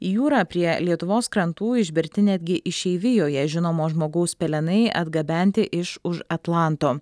į jūrą prie lietuvos krantų išberti netgi išeivijoje žinomo žmogaus pelenai atgabenti iš už atlanto